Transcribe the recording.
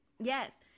Yes